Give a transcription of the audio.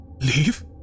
Leave